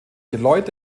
geläut